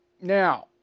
Now